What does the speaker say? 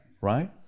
right